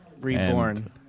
reborn